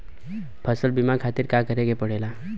फसल बीमा खातिर का करे के पड़ेला?